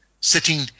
sitting